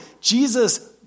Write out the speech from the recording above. Jesus